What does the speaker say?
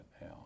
now